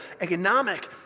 economic